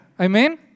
Amen